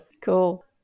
cool